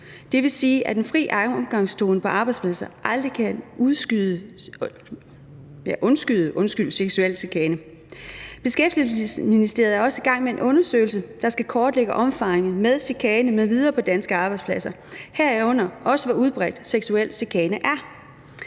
Det vil sige, at en fri omgangstone på arbejdspladsen aldrig kan undskylde seksuel chikane. Beskæftigelsesministeriet er også i gang med en undersøgelse, der skal kortlægge omfanget af chikane m.v. på danske arbejdspladser, herunder også hvor udbredt seksuel chikane er.